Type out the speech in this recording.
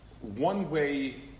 one-way